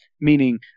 meaning